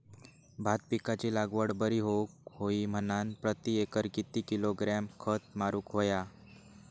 भात पिकाची लागवड बरी होऊक होई म्हणान प्रति एकर किती किलोग्रॅम खत मारुक होया?